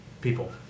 people